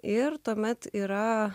ir tuomet yra